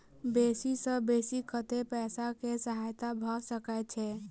बेसी सऽ बेसी कतै पैसा केँ सहायता भऽ सकय छै?